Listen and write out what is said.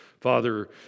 Father